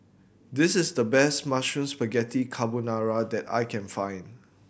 this is the best Mushroom Spaghetti Carbonara that I can find